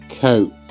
Coke